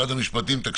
משרד המשפטים.